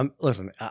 listen